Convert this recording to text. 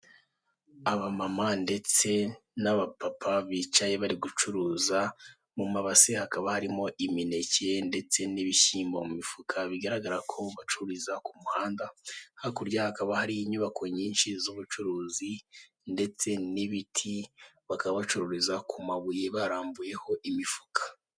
Mu isoko ry'ibiribwa birimo ibishyimbo, imineke n'ibindi byinshi. Harimo abagore bakuze barimo gucuruza banaganira hagati yabo.